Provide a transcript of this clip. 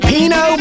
Pino